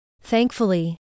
Thankfully